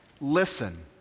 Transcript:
Listen